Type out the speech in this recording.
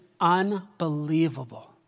unbelievable